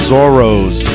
Zorros